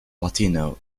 latino